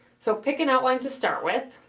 so pick an outline to start with.